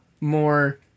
more